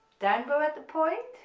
down bow at the point,